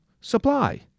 supply